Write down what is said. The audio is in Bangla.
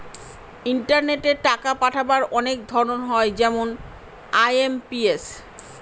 ইন্টারনেটে টাকা পাঠাবার অনেক ধরন হয় যেমন আই.এম.পি.এস